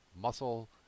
muscle